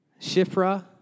Shifra